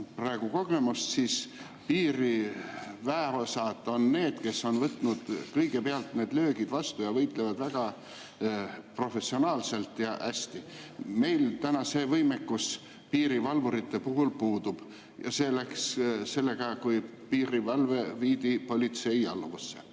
praegust kogemust, siis piiriväeosad on need, kes on võtnud kõigepealt need löögid vastu ja võitlevad väga professionaalselt ja hästi. Meil see võimekus piirivalvuritel puudub ja see läks [kaduma] siis, kui piirivalve viidi politsei alluvusse.